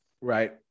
Right